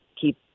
keep